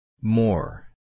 More